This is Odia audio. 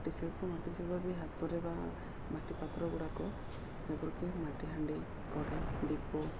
ମାଟି ଶିଳ୍ପ ମାଟି ଶିଳ୍ପ ବି ହାତରେ ବା ମାଟି ପାତ୍ର ଗୁଡ଼ାକ ଯେପରିକି ମାଟିହାଣ୍ଡି କଡ଼େଇ ଦୀପ